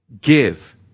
Give